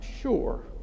sure